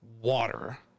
water